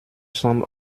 semble